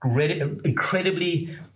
incredibly